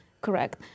Correct